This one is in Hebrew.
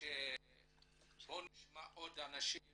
בואו נשמע עוד אנשים